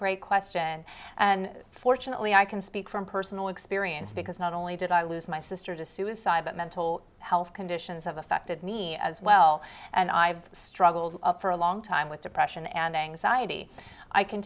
great question and fortunately i can speak from personal experience because not only did i lose my sister to suicide but mental health conditions have affected me as well and i've struggled for a long time with depression and anxiety i can